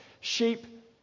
sheep